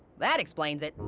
that explains it.